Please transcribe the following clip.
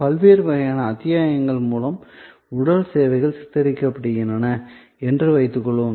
பல்வேறு அத்தியாயங்கள் மூலம் உடல் சேவைகள் சித்தரிக்கப்படுகின்றன என்று வைத்துக்கொள்வோம்